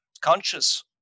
conscious